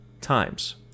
times